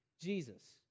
Jesus